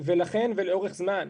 ולאורך זמן,